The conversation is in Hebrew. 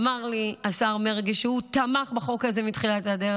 אמר לי השר מרגי שהוא תמך בחוק הזה מתחילת הדרך.